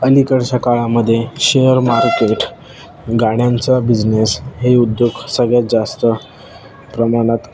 अलीकडच्या काळामध्ये share market गाण्यांचा बिझनेस हे उद्योग सगळ्यात जास्त प्रमाणात